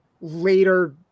later